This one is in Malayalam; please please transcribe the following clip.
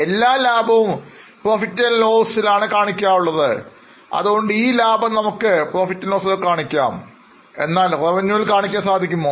എല്ലാ ലാഭവും നമ്മൾ PL ആണ് കാണിക്കാറുള്ളത് അതുകൊണ്ട് ഈ ലാഭവും നമുക്ക് PL കാണിക്കാം എന്നാൽ Revenue ൽ കാണിക്കാൻ സാധിക്കുമോ